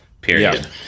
period